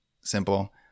simple